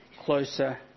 closer